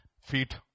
feet